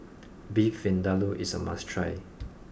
Beef Vindaloo is a must try